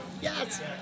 Yes